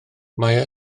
mae